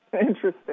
Interesting